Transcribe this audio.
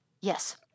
Yes